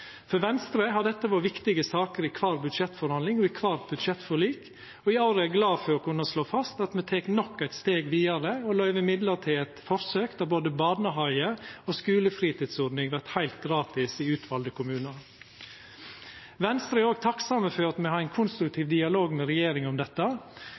For Venstre har dette vore viktige saker i kvar budsjettforhandling og ved kvart budsjettforlik, og i år er eg glad for å kunna slå fast at me tek nok eit steg vidare og løyver midlar til forsøk der både barnehage og skulefritidsordning vert heilt gratis i utvalde kommunar. Venstre er òg takksame for at me har ein